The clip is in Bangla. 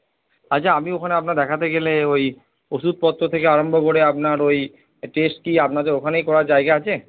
আচ্ছা আমি ওখানে আপনার দেখাতে গেলে ওই ওষুধপত্র থেকে আরম্ভ করে আপনার ওই টেস্ট কি আপনাদের ওখানেই করার জায়গা আছে